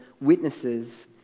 witnesses